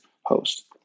host